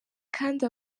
kandi